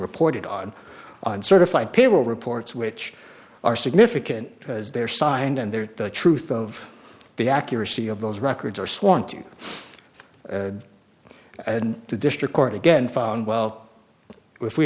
reported on certified payroll reports which are significant because they're signed and there's the truth of the accuracy of those records are sworn to and the district court again found well if we